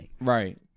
Right